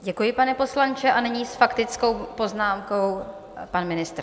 Děkuji, pane poslanče a nyní s faktickou poznámkou pan ministr.